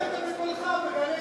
אנחנו שמענו את זה בקולך ב"גלי צה"ל".